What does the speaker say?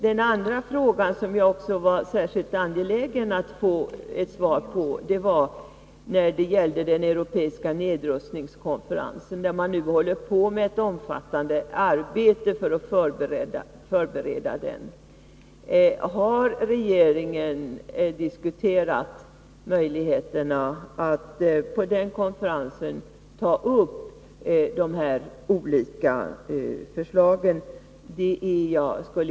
Den andra fråga som jag anser att det är särskilt angeläget att få svar på gäller den europeiska nedrustningskonferensen, som nu håller på att förberedas genom ett omfattande arbete. Har regeringen diskuterat möjligheterna att på den konferensen ta upp dessa olika förslag?